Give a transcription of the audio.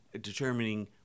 determining